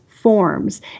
forms